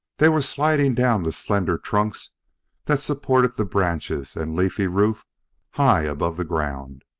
they were sliding down the slender trunks that supported the branches and leafy roof high above the ground.